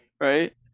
right